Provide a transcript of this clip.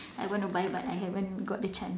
I want to buy but I haven't got the chance